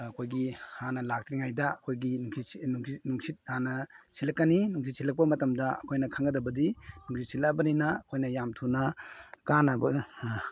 ꯑꯩꯈꯣꯏꯒꯤ ꯍꯥꯟꯅ ꯂꯥꯛꯇ꯭ꯔꯤꯉꯩꯗ ꯑꯩꯈꯣꯏꯒꯤ ꯅꯨꯡꯁꯤꯠ ꯍꯥꯟꯅ ꯁꯤꯠꯂꯛꯀꯅꯤ ꯅꯨꯡꯁꯤꯠ ꯁꯤꯠꯂꯛꯄ ꯃꯇꯝꯗ ꯑꯩꯈꯣꯏꯅ ꯈꯪꯒꯗꯕꯗꯤ ꯅꯨꯡꯁꯤꯠ ꯁꯤꯠꯂꯛꯂꯕꯅꯤꯅ ꯑꯩꯈꯣꯏꯅ ꯌꯥꯝ ꯊꯨꯅ ꯀꯥꯅꯕ